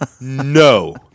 no